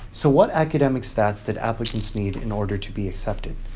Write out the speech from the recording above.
so what academic stats did applicants need in order to be accepted?